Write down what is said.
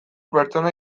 pertsona